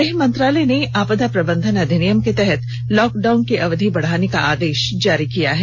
गृह मंत्रालय ने आपदा प्रबंधन अधिनियम के तहत लॉकडाउन की अवधि बढ़ाने का आदेश जारी कर दिया है